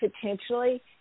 potentially